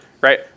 Right